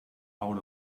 out